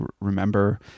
remember